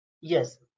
Yes